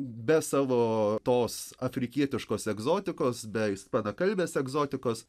be savo tos afrikietiškos egzotikos be ispanakalbės egzotikos